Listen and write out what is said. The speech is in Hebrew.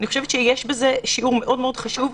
אני חושבת שיש בזה שיעור מאוד מאוד חשוב.